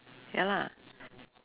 ya lah